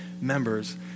members